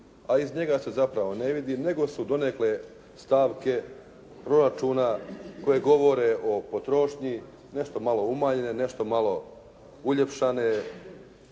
a iz njega se zapravo ne vidi, nego su donekle stavke proračuna koje govore o potrošnji nešto malo umanjenje, nešto malo uljepšane,